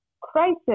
crisis